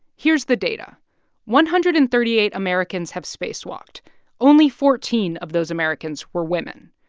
here's the data one hundred and thirty eight americans have spacewalked only fourteen of those americans were women.